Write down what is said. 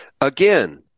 Again